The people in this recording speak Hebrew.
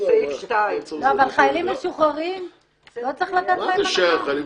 חיילים משוחררים לא צריכים לקבל הנחה?